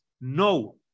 no